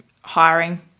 hiring